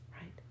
right